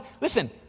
listen